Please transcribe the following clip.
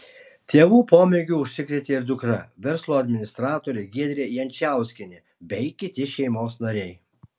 tėvų pomėgiu užsikrėtė ir dukra verslo administratorė giedrė jančauskienė bei kiti šeimos nariai